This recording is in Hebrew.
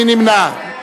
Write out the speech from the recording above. מי נמנע?